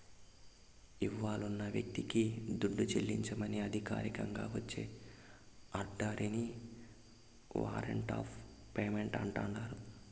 ఇవ్వాలున్న వ్యక్తికి దుడ్డు చెల్లించమని అధికారికంగా వచ్చే ఆర్డరిని వారంట్ ఆఫ్ పేమెంటు అంటాండారు